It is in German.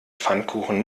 pfannkuchen